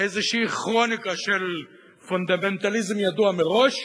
איזו כרוניקה של פונדמנטליזם ידוע מראש,